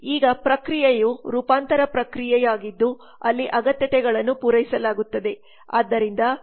ಈಗ ಪ್ರಕ್ರಿಯೆಯು ರೂಪಾಂತರ ಪ್ರಕ್ರಿಯೆಯಾಗಿದ್ದು ಅಲ್ಲಿ ಅಗತ್ಯತೆಗಳನ್ನು ಪೂರೈಸಲಾಗುತ್ತದೆ